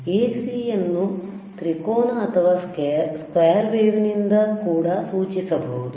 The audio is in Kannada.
AC ಅನ್ನು ತ್ರಿಕೋನ ಅಥವಾ ಸ್ಕ್ವೇರ್ ವೇವ್ ನಿಂದ ಕೂಡ ಸೂಚಿಸಬಹುದು